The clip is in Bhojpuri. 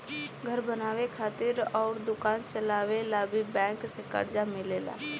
घर बनावे खातिर अउर दोकान चलावे ला भी बैंक से कर्जा मिलेला